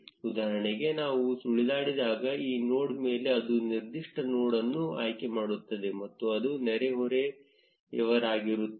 ಉದಾಹರಣೆಗೆ ನಾವು ಸುಳಿದಾಡಿದಾಗ ಈ ನೋಡ್ ಮೇಲೆ ಅದು ನಿರ್ದಿಷ್ಟ ನೋಡ್ಅನ್ನು ಆಯ್ಕೆ ಮಾಡುತ್ತದೆ ಮತ್ತು ಅದು ನೆರೆಹೊರೆಯವರಾಗಿರುತ್ತದೆ